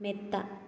മെത്ത